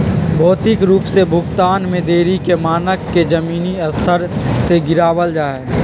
भौतिक रूप से भुगतान में देरी के मानक के जमीनी स्तर से गिरावल जा हई